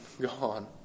gone